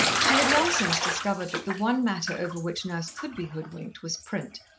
she had long since discovered that the one matter over which nurse could be hoodwinked was print,